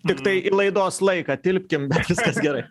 tiktai į laidos laiką tilpkim bet viskas gerai